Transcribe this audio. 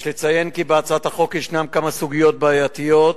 יש לציין כי בהצעת החוק ישנן כמה סוגיות בעייתיות,